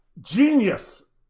Genius